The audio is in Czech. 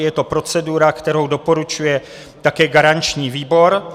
Je to procedura, kterou doporučuje také garanční výbor.